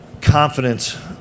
Confidence